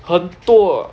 很多